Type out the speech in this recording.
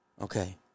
Okay